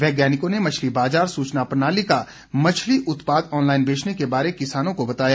वैज्ञानिकों ने मछली बाजार सूचना प्रणाली का मछली उत्पाद ऑनलाइन बेचने के बारे किसानों को बताया